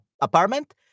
apartment